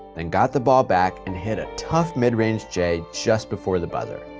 and got the ball back and hit a tough mid-range j just before the buzzer.